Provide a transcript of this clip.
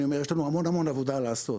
אני אומר שיש לנו המון המון עבודה לעשות,